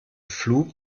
flug